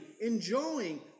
enjoying